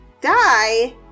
die